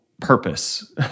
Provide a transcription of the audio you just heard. purpose